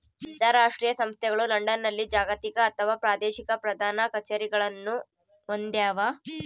ಅಂತರಾಷ್ಟ್ರೀಯ ಸಂಸ್ಥೆಗಳು ಲಂಡನ್ನಲ್ಲಿ ಜಾಗತಿಕ ಅಥವಾ ಪ್ರಾದೇಶಿಕ ಪ್ರಧಾನ ಕಛೇರಿಗಳನ್ನು ಹೊಂದ್ಯಾವ